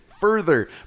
further